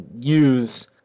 use